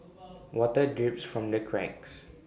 water drips from the cracks